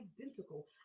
identical